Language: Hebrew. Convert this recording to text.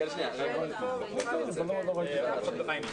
הישיבה ננעלה בשעה 11:00.